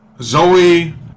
Zoe